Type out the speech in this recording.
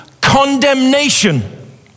condemnation